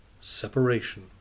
Separation